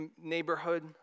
neighborhood